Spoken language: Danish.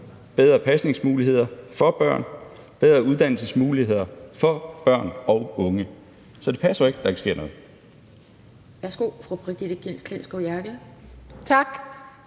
bedre pasningsmuligheder for børn, bedre uddannelsesmuligheder for børn og unge. Så det passer ikke, at der ikke sker noget. Kl. 17:12 Anden